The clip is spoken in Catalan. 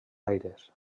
aires